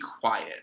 quiet